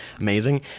Amazing